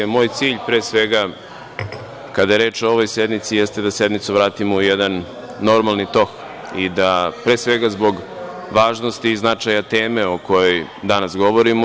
Moj cilj, pre svega kada je reč o ovoj sednici, jeste da sednicu vratimo u jedan normalni tok, pre svega zbog važnosti i značaja teme o kojoj danas govorimo.